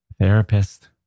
therapist